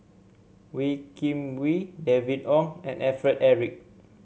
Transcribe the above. Wee Kim Wee David Wong and Alfred Eric